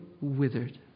withered